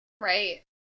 Right